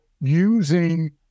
using